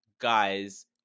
guys